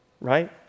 right